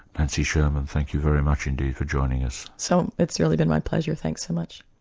nancy sherman, thank you very much indeed for joining us. so, it's really been my pleasure, thanks so much.